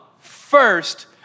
First